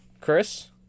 Chris